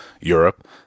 Europe